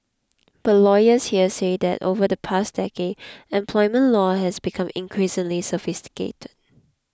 but lawyers here say that over the past decade employment law has become increasingly sophisticated